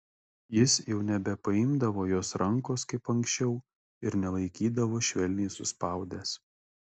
jis jau nebepaimdavo jos rankos kaip anksčiau ir nelaikydavo švelniai suspaudęs